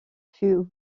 fut